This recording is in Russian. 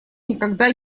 никогда